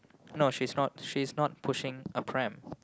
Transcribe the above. no she's not she's not pushing a pram